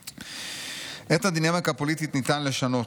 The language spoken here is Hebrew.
"את הדינמיקה הפוליטית לא ניתן לשנות.